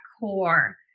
core